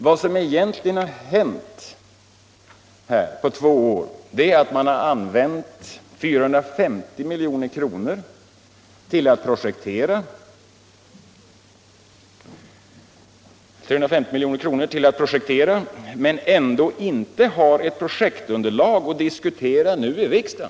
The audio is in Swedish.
Vad som egentligen har hänt här på två år är att 350 milj.kr. använts till att projektera men ändå finns det inte ett projektunderlag att diskutera i riksdagen.